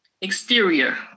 Exterior